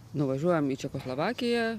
nuvažiuojam į čekoslovakiją